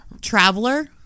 traveler